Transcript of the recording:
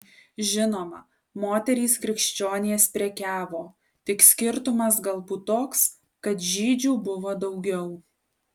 žinoma moterys krikščionės prekiavo tik skirtumas galbūt toks kad žydžių buvo daugiau